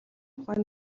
тухай